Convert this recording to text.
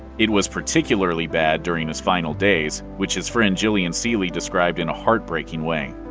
it was particularly bad during his final days, which his friend jillian seely described in a heartbreaking way.